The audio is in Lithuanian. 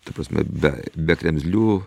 ta prasme be be kremzlių